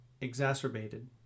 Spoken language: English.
exacerbated